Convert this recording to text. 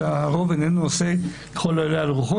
שבה הרוב איננו עושה ככל העולה על רוחו,